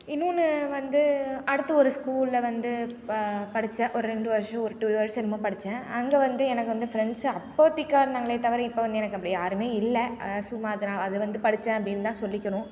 இன்னோன்று வந்து அடுத்த ஒரு ஸ்கூலில் வந்து படித்தேன் ஒரு ரெண்டு வருஷம் ஒரு டூ இயர்ஸோ என்னமோ படித்தேன் அங்கே வந்து எனக்கு வந்து ஃப்ரெண்ட்ஸ் அப்போதைக்கு தான் இருந்தாங்களே தவிர இப்போது வந்து எனக்கு அப்படி யாருமே இல்லை அது சும்மா நான் அது வந்து படித்தேன் அப்படினு தான் சொல்லிக்கணும்